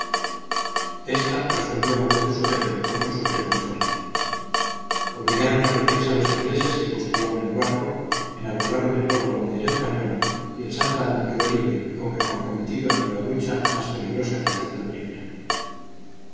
esta respondió a la voz de su jefe con un supremo esfuerzo obligaron a rendirse a los ingleses que custodiaban el barco enarbolaron de nuevo la bandera española y el santa ana quedó libre aunque comprometido en nueva lucha más peligrosa quizás que la primera